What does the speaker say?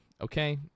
Okay